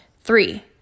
Three